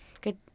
Good